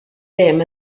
dim